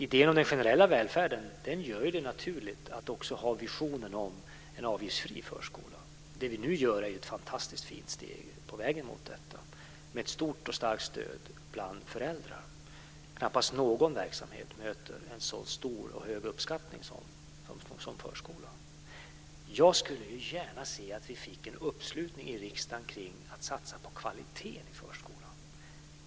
Idén om den generella välfärden gör det naturligt att också ha visionen om en avgiftsfri förskola. Det som vi nu gör är ett fantastiskt fint steg på vägen mot denna med ett stort och starkt stöd bland föräldrar. Knappast någon verksamhet möter en så stor och hög uppskattning som förskolan. Jag skulle gärna se att vi fick en uppslutning i riksdagen kring en satsning på kvaliteten i förskolan.